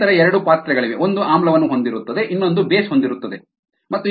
ನಂತರ ಎರಡು ಪಾತ್ರೆಗಳಿವೆ ಒಂದು ಆಮ್ಲವನ್ನು ಹೊಂದಿರುತ್ತದೆ ಇನ್ನೊಂದು ಬೇಸ್ ಹೊಂದಿರುತ್ತದೆ